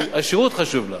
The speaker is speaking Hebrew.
השירות חשוב לה.